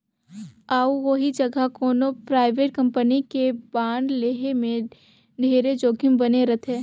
अउ ओही जघा कोनो परइवेट कंपनी के बांड लेहे में ढेरे जोखिम बने रथे